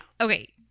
Okay